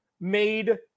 made